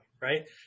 right